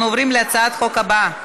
אנחנו עוברים להצעת החוק הבאה: